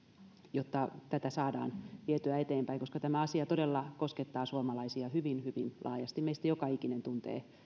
jotta tätä saadaan vietyä eteenpäin koska tämä asia todella koskettaa suomalaisia hyvin hyvin laajasti meistä joka ikinen tuntee